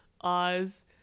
Oz